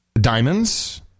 diamonds